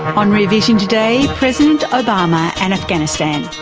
on rear vision today, president obama and afghanistan.